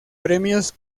premios